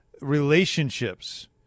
relationships